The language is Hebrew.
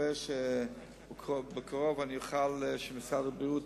והובעה תמיכת המשרד בתיקונו.